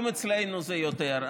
אם אצלנו זה יותר,